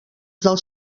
dels